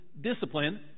discipline